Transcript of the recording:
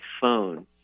phone